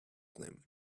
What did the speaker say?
them